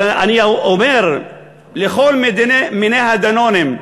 אבל אני אומר לכל מיני ה"דנונים"